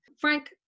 Frank